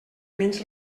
menys